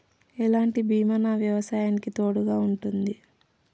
ఎలాంటి బీమా నా వ్యవసాయానికి తోడుగా ఉంటుంది?